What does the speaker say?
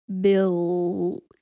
Bill